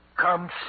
come